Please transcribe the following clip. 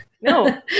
No